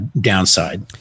downside